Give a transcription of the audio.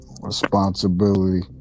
Responsibility